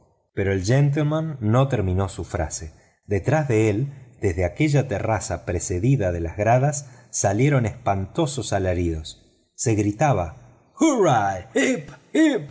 pero el gentleman no terminó su frase detrás de él desde aquella terraza precedida de las gradas salieron espantosos alaridos se gritaba